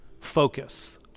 focus